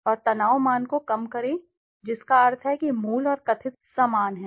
और तनाव मान को कम करें जिसका अर्थ है कि मूल और कथित समान हैं